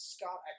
Scott